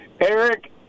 Eric